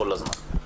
כל הזמן.